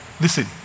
Listen